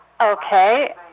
Okay